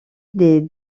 des